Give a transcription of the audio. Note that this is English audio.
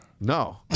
no